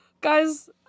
Guys